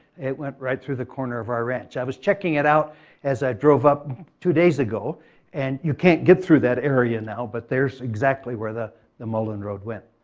it went right through the corner of our ranch. i was checking it out as i drove up two days ago and you can't get through that area now, but there is exactly where the the mullan road went.